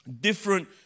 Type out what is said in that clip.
different